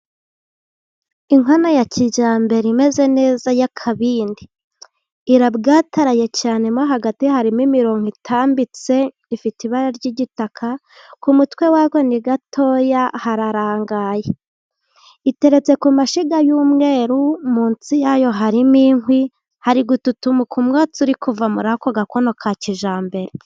Inkono ya kijyambere imeze neza y'akabindi. Irabwataraye cyane, mo hagati harimo imirongo itambitse ifite ibara ry'igitaka, ku mutwe wa ko ni gatoya hararangaye. Iteretse ku mashyiga y'umweru, munsi ya yo harimo inkwi, hari gututuka umwotsi uri kuva muri ako gakono ka kijyambere.